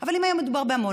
אבל אם היה מדובר בעמונה,